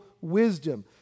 wisdom